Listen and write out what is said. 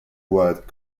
word